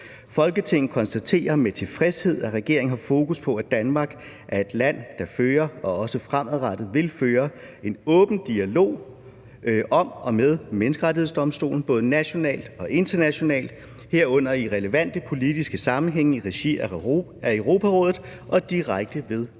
Folketinget konstaterer med tilfredshed, at regeringen har fokus på, at Danmark er et land, der fører – og også fremadrettet vil føre – en åben dialog om og med Menneskerettighedsdomstolen, både nationalt og internationalt, herunder i relevante politiske sammenhænge, i regi af Europarådet og direkte ved